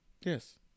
Yes